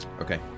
Okay